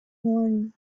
morning